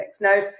Now